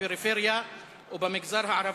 בפריפריה ובמגזר הערבי.